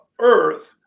earth